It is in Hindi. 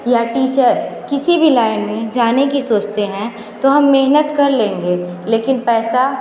या टीचर किसी भी लाइन में जाने की सोचते हैं तो हम मेहनत कर लेंगे लेकिन पैसा